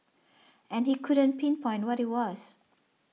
and he couldn't pinpoint what it was